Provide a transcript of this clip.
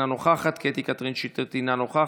אינה נוכחת,